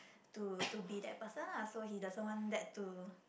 to to be that person lah so he doesn't want that to